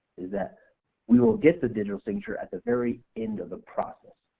is that we will get the digital signature at the very end of the process.